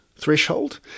threshold